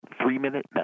three-minute